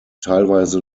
teilweise